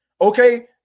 okay